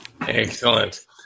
Excellent